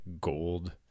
gold